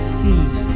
feet